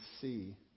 see